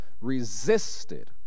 resisted